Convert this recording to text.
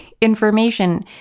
information